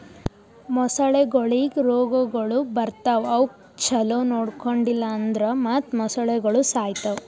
ಮೊಸಳೆಗೊಳಿಗ್ ರೋಗಗೊಳ್ ಬರ್ತಾವ್ ಅವುಕ್ ಛಲೋ ನೊಡ್ಕೊಂಡಿಲ್ ಅಂದುರ್ ಮತ್ತ್ ಮೊಸಳೆಗೋಳು ಸಾಯಿತಾವ್